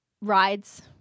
Rides